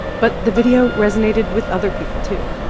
but the video resonated with other people, too.